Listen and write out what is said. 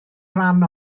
rhan